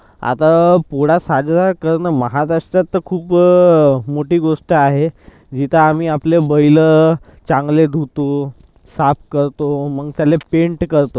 आता पोळा साजरा करणं महाराष्ट्रात तर खूप मोठी गोष्ट आहे जिथं आम्ही आपली बैलं चांगले धुतो साफ करतो मग त्याले पेंट करतो